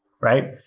right